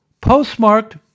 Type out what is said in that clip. postmarked